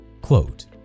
quote